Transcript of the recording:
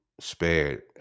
spared